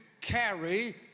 carry